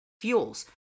fuels